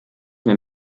mehr